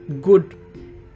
good